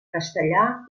castellà